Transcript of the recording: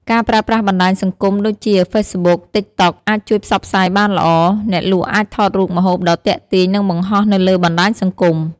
ការប្រើប្រាស់បណ្ដាញសង្គមដូចជា ហ្វេសបុក (Facebook), តិកតុក (TikTok) អាចជួយផ្សព្វផ្សាយបានល្អ អ្នកលក់អាចថតរូបម្ហូបដ៏ទាក់ទាញ និងបង្ហោះនៅលើបណ្ដាញសង្គម។